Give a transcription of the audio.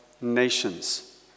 nations